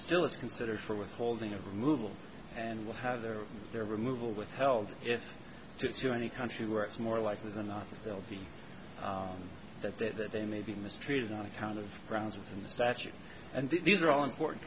still is considered for withholding of removal and will have their their removal withheld if it's to any country where it's more likely than not they'll be that that they may be mistreated on account of grounds within the statute and these are all important